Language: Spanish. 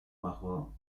bajo